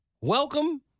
Welcome